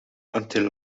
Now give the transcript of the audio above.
until